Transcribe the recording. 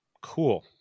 cool